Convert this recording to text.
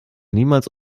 niemals